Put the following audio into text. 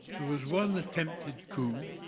there was one attempted coup,